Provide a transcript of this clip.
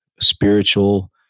spiritual